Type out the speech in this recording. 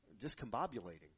discombobulating